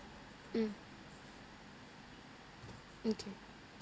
mm okay